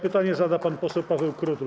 Pytanie zada pan poseł Paweł Krutul.